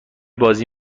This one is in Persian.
بازی